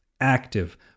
active